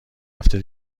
هفته